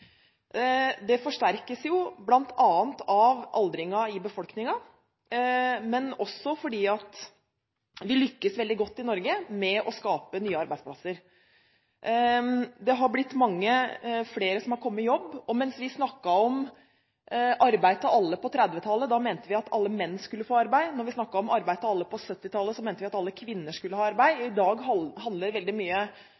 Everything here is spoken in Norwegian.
Det forsterkes bl.a. av aldringen i befolkningen, men også fordi vi i Norge lykkes veldig godt med å skape nye arbeidsplasser. Det har blitt mange flere som har kommet i jobb. Da vi på 1930-tallet snakket om arbeid til alle, mente vi at alle menn skulle få arbeid, da vi snakket om arbeid til alle på 1970-tallet, mente vi at alle kvinner skulle ha arbeid.